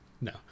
No